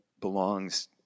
belongs